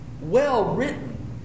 well-written